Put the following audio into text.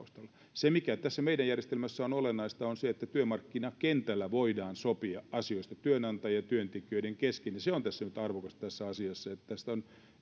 se mikä tässä meidän järjestelmässä on olennaista on se että työmarkkinakentällä voidaan sopia asioista työnantajien ja työntekijöiden kesken se on nyt arvokasta tässä asiassa että tästä on